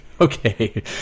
okay